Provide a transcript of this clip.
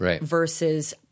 versus-